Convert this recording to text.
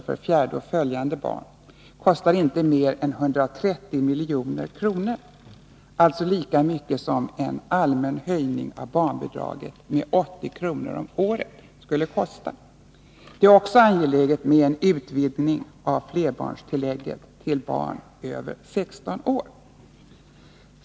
för fjärde och följande barn kostar inte mer än 130 milj.kr., alltså lika mycket som en allmän höjning av barnbidraget med 80 kr. om året skulle kosta. Det är också angeläget med en utvidgning av flerbarnstillägget till barn över 16 år.